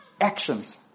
actions